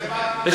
בשביל זה באתי.